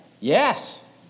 Yes